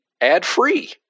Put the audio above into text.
ad-free